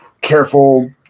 careful